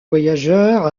voyageurs